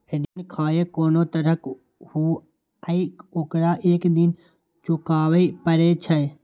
ऋण खाहे कोनो तरहक हुअय, ओकरा एक दिन चुकाबैये पड़ै छै